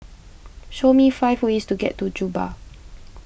show me five ways to get to Juba